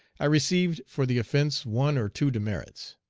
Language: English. i received for the offence one or two demerits.